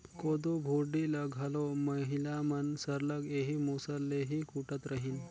कोदो भुरडी ल घलो महिला मन सरलग एही मूसर ले ही कूटत रहिन